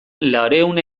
laurehun